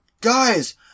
Guys